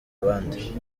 abandi